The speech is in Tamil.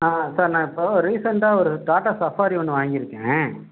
ஆன் சார் நான் இப்போ ரீசெண்ட்டாக ஒரு டாட்டா சஃபாரி ஒன்று வாங்கிருக்கேன்